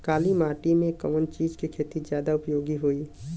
काली माटी में कवन चीज़ के खेती ज्यादा उपयोगी होयी?